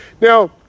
Now